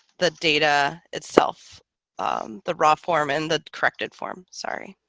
the data itself um the raw form and the corrected form. sorry